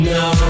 no